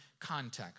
context